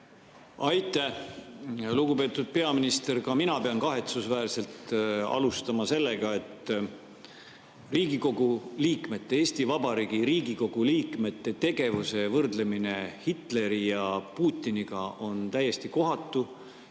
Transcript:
Aitäh! Lugupeetud peaminister! Ka mina pean kahetsusväärselt alustama sellega, et Eesti Vabariigi Riigikogu liikmete tegevuse võrdlemine Hitleri ja Putini tegevusega on täiesti kohatu,